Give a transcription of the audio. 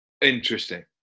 interesting